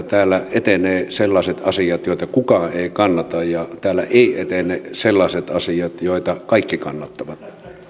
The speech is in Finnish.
täällä etenevät sellaiset asiat joita kukaan ei kannata ja täällä eivät etene sellaiset asiat joita kaikki kannattavat